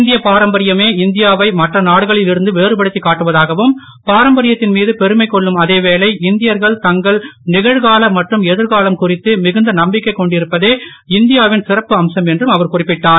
இந்திய பாரம்பரியமே இந்தியா வை மற்ற நாடுகளில் இருந்து வேறுபடுத்தி காட்டுவதாகவும் பாரம்பரியத்தின் மீது பெருமை கொள்ளும் அதே வேளை இந்தியர்கள் தங்களின் நிகழ்கால மற்றும் எதிர்காலம் குறித்து மிகுந்த நம்பிக்கை கொண்டிருப்பதே இந்தியா வின் சிறப்பு அம்சம் என்றும் அவர் குறிப்பிட்டார்